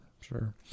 Sure